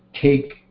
take